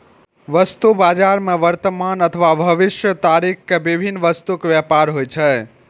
वस्तु बाजार मे वर्तमान अथवा भविष्यक तारीख मे विभिन्न वस्तुक व्यापार होइ छै